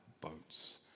boats